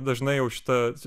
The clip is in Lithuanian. dažnai jau šitą